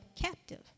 captive